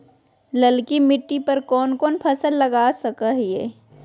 ललकी मिट्टी पर कोन कोन फसल लगा सकय हियय?